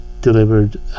delivered